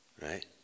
right